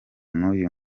n’uyu